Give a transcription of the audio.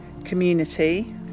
Community